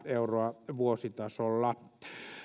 euroa vuositasolla